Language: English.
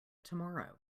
tomorrow